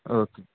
okay